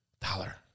Dollar